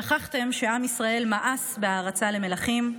שכחתם שעם ישראל מאס בהערצה למלכים,